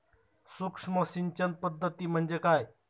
सूक्ष्म सिंचन पद्धती म्हणजे काय?